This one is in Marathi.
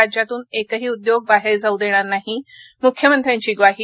राज्यातून एकही उद्योग बाहेर जाऊ देणार नाही मुख्यमंत्र्यांची ग्वाही